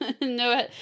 no